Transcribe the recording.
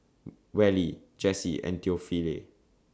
Wally Jesse and Theophile